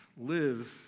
lives